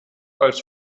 als